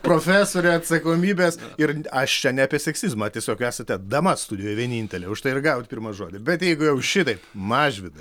profesorė atsakomybės ir aš čia ne apie seksizmą tiesiog esate dama studijoje vienintelė užtai ir gavot pirmą žodį bet jeigu jau šitaip mažvydai